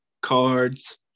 cards